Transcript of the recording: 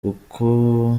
kuko